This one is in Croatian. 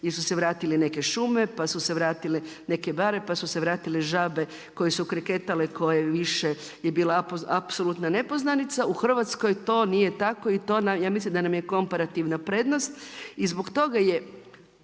jer su se vratile neke šume, pa su se vratile neke bare, pa su se vratile žabe koje su kreketale koje više je bila apsolutna nepoznanica. U Hrvatskoj to nije tako i to ja mislim da nam je komparativna prednost. I zbog toga je,